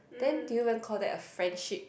then do you even call that a friendship